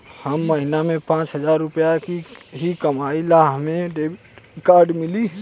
हम महीना में पाँच हजार रुपया ही कमाई ला हमे भी डेबिट कार्ड मिली?